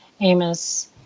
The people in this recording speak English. Amos